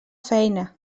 feina